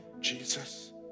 Jesus